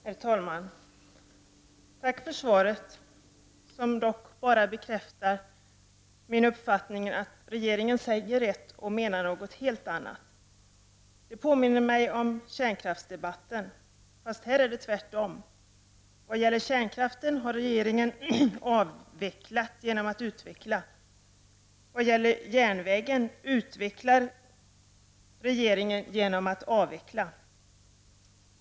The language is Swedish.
Herr talman! Tack för svaret, som dock bara bekräftar min uppfattning att regeringen säger ett och menar något helt annat. Det påminner mig om kärnkraftsdebatten, fast här är det tvärtom. Vad gäller kärnkraften har regeringen avvecklat genom att utveckla. Vad däremot gäller järnvägen utvecklar regeringen genom att avveckla.